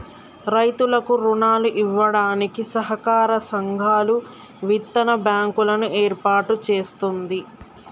రైతులకు రుణాలు ఇవ్వడానికి సహకార సంఘాలు, విత్తన బ్యాంకు లను ఏర్పాటు చేస్తుంది